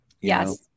yes